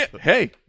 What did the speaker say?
Hey